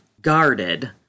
guarded